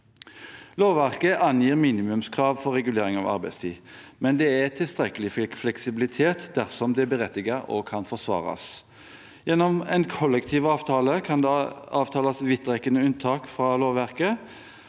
Lovverket angir minimumskrav for regulering av arbeidstid, men det er tilstrekkelig fleksibilitet dersom det er berettiget og kan forsvares. Gjennom en kollektiv avtale kan det avtales vidtrekkende unntak fra lovverket,